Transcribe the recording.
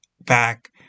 back